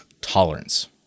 tolerance